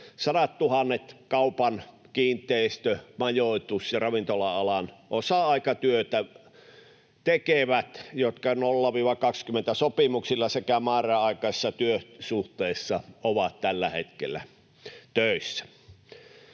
kaupan-, kiinteistö-, majoitus- ja ravintola-alan osa-aikatyötä tekeviin, jotka 0—20-sopimuksilla sekä määräaikaisissa työsuhteissa ovat tällä hetkellä töissä.